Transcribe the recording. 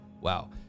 Wow